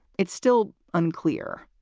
it's still unclear.